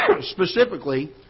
specifically